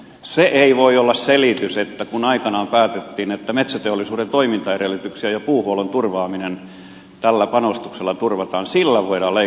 se ei voi olla selitys että kun aikanaan päätettiin että metsäteollisuuden toimintaedellytyksiä ja puuhuoltoa tällä panostuksella turvataan silloin voidaan leikata yksityisteitä